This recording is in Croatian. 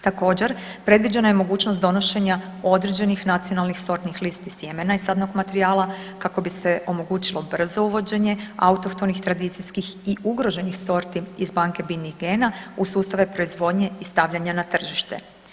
Također, previđena je mogućnost donošenja određenih nacionalnih sortnih listi sjemena i sadnog materijala kako bi se omogućilo brzo uvođenje autohtonih tradicijskih i ugroženih sorti iz Banke biljnih gena u sustave proizvodnje i stavljanja na tržište.